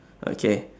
okay